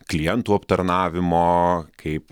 klientų aptarnavimo kaip